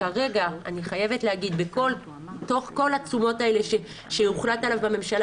וכרגע אני חייבת להגיד שבתוך כל התשומות האלה שהוחלט עליהן בממשלה,